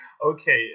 Okay